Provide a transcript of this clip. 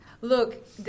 Look